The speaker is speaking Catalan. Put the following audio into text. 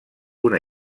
una